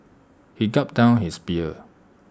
he gulped down his beer